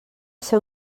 ser